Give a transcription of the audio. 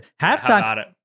halftime